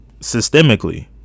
systemically